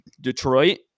Detroit